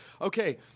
okay